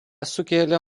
sukėlė